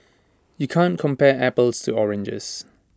you can't compare apples to oranges